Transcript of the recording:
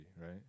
right